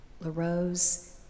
LaRose